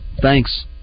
Thanks